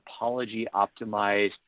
topology-optimized